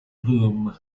bloom